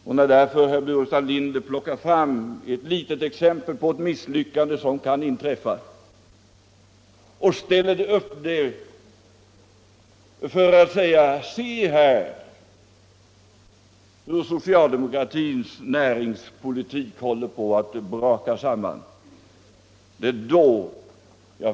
Det är därför jag tycker att herr Burenstam Linder är så djärv när han tar fram ett litet exempel på de misslyckanden som kan inträffa för att säga: Se här hur socialdemokratins näringspolitik håller på att braka samman.